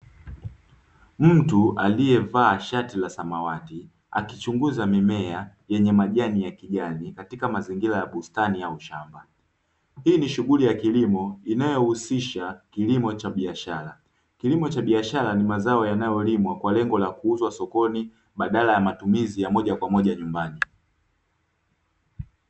Mtu aliyevaa shati la samawati akichunguza mimea yenye majani ya kijani katika mazingira ya bustani ya ushamba hii ni shughuli ya kilimo inayohusisha kilimo cha biashara; kilimo cha biashara ni mazao yanayolimwa kwa lengo la kuuzwa sokoni badala ya matumizi ya moja kwa moja nyumbani.